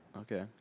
Okay